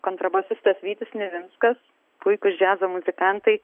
kontrabosininkas vytis nivinskas puikūs džiazo muzikantai